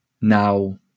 now